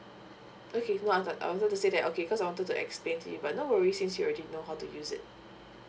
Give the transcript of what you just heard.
okay I wanted to say that okay cause I wanted to explain to you but no worries since you already know how to use it